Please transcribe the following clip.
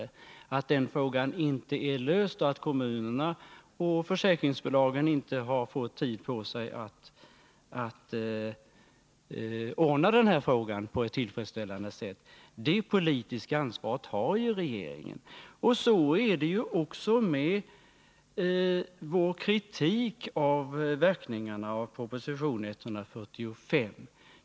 Det är regeringen som har ansvaret för att frågan inte är löst och för att kommunerna och försäkringsbolagen inte har fått tid på sig att ordna saken på ett tillfredsställande sätt. På samma sätt förhåller det sig med vår kritik av verkningarna av proposition 1979/80:145.